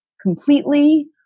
completely